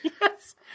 Yes